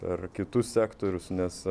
per kitus sektorius nes